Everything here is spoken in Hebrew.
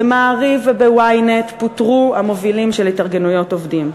ב"מעריב" וב-ynet פוטרו המובילים של התארגנויות עובדים.